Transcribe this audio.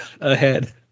ahead